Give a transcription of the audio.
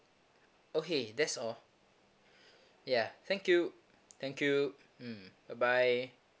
okay that's all ya thank you thank you mm bye bye